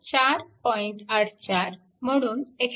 84 म्हणून 145